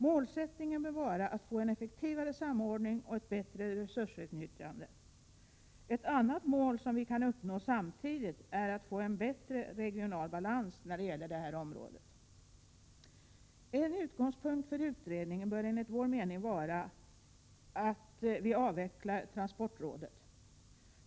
Målsättningen bör vara att få en effektivare samordning och ett bättre resursutnyttjande. Ett annat mål som vi kan uppnå samtidigt är att få en bättre regional balans när det gäller det här området. En utgångspunkt för utredningen bör vara att transportrådet avvecklas.